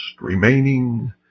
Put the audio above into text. remaining